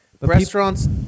Restaurants